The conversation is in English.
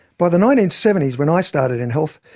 by the nineteen seventy s when i started in health,